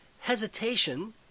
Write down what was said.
hesitation